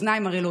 אוזניים ערלות.